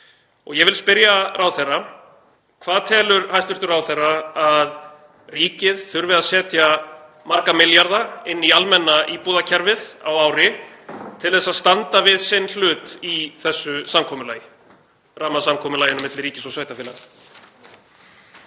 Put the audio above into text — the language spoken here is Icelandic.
Ég vil spyrja ráðherra: Hvað telur hæstv. ráðherra að ríkið þurfi að setja marga milljarða inn í almenna íbúðakerfið á ári til að standa við sinn hlut í þessu samkomulagi, rammasamkomulaginu milli ríkis og sveitarfélaga?